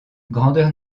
grandeur